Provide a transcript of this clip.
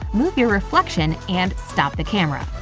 move your reflection and stop the camera.